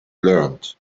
learned